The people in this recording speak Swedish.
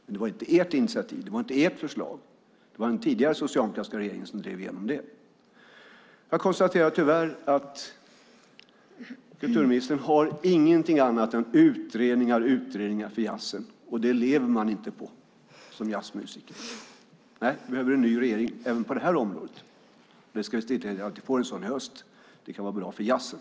Men det var inte ert initiativ, inte ert förslag, utan det var den tidigare, socialdemokratiska regeringen som drev igenom det. Jag konstaterar tyvärr att kulturministern inte har någonting annat än utredningar för jazzen. Det lever man inte på som jazzmusiker. Nej, vi behöver en ny regering även på det här området. Vi ska se till att vi får en sådan i höst - det kan vara bra för jazzen.